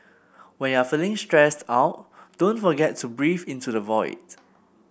when you are feeling stressed out don't forget to breathe into the void